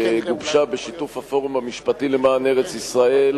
שגובשה בשיתוף הפורום המשפטי למען ארץ-ישראל,